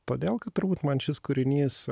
todėl kad turbūt man šis kūrinys